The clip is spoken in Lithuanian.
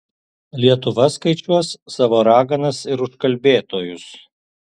lietuva skaičiuos savo raganas ir užkalbėtojus